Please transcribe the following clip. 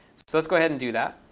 so let's go ahead and do that.